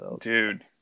Dude